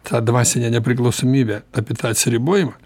tą dvasinę nepriklausomybę apie tą atsiribojimą